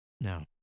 No